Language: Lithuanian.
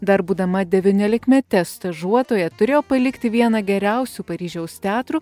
dar būdama devyniolikmete stažuotoja turėjo palikti vieną geriausių paryžiaus teatrų